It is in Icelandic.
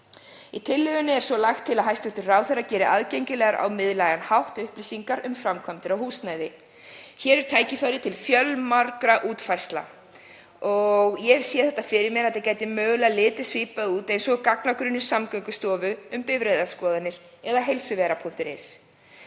Í tillögunni er lagt til að hæstv. ráðherra geri aðgengilegar á miðlægan hátt upplýsingar um framkvæmdir á húsnæði. Þar er tækifæri til fjölmargra útfærslna. Ég sé fyrir mér að það gæti mögulega litið svipað út og gagnagrunnur Samgöngustofu um bifreiðaskoðun eða heilsuvera.is.